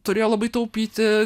turėjo labai taupyti